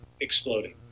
exploding